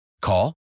Call